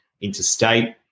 interstate